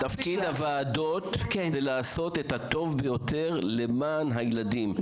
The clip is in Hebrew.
תפקיד הוועדות זה לעשות את הטוב ביותר למען הילדים.